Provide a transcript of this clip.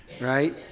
right